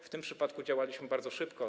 W tym przypadku działaliśmy bardzo szybko.